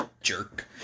Jerk